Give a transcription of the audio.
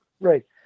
Right